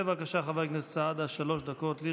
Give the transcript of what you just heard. בבקשה, חבר הכנסת סעדה, שלוש דקות לרשותך.